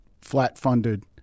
flat-funded